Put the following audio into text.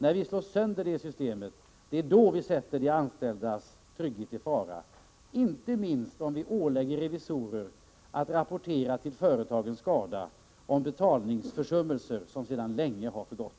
När vi slår sönder detta system, då sätter vi de anställdas trygghet i fara, inte minst om vi ålägger revisorer att rapportera till företagens skada om betalningsförsummelser som sedan länge är utklarade.